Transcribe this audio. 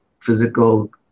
physical